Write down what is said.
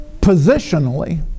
positionally